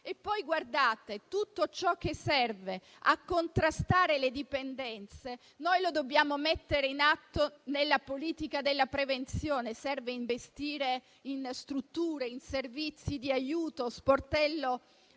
Poi, guardate: tutto ciò che serve a contrastare le dipendenze noi lo dobbiamo mettere in atto nella politica della prevenzione. Serve investire in strutture, in servizi di aiuto, come lo